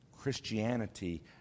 Christianity